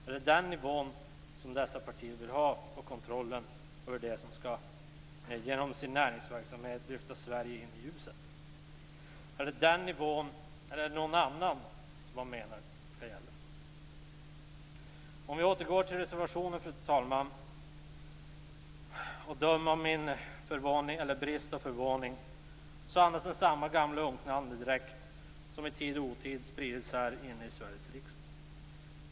Är det den nivån dessa partier vill ha på kontrollen av dem som genom sin näringsverksamhet skall lyfta Sverige in i ljuset? Är det den nivån eller någon annan som man menar skall gälla? Låt oss återgå till reservationen, fru talman! Inte överraskande sprider den nu samma gamla unkna andedräkt som i tid och otid har spridits här inne i Sveriges riksdag.